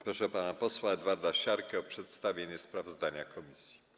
Proszę pana posła Edwarda Siarkę o przedstawienie sprawozdania komisji.